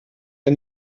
der